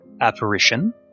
apparition